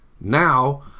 Now